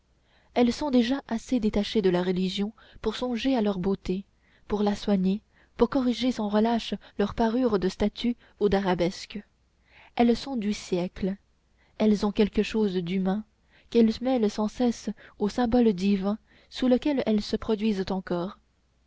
elles sont déjà assez détachées de la religion pour songer à leur beauté pour la soigner pour corriger sans relâche leur parure de statues ou d'arabesques elles sont du siècle elles ont quelque chose d'humain qu'elles mêlent sans cesse au symbole divin sous lequel elles se produisent encore